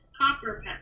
copper